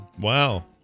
Wow